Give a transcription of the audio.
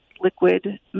liquid